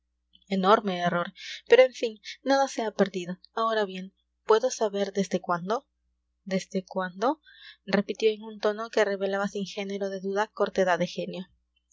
enorme error pero en fin nada se ha perdido ahora bien puedo saber desde cuándo desde cuándo repitió en un tono que revelaba sin género de duda cortedad de genio